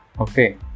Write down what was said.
okay